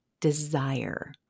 desire